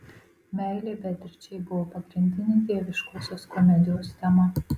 meilė beatričei buvo pagrindinė dieviškosios komedijos tema